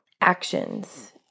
actions